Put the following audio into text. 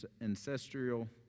ancestral